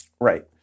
Right